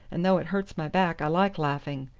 and though it hurts my back i like laughing.